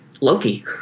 Loki